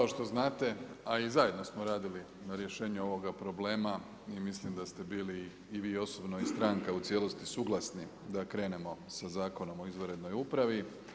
Kao što znate, a i zajedno smo radili na rješenju ovoga problema i mislim da ste bili i vi osobno i stranka u cijelosti suglasni da krenemo sa Zakonom o izvanrednoj upravi.